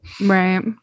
right